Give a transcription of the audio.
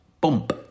Bump